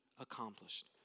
accomplished